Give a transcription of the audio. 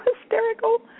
hysterical